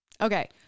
Okay